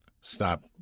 stop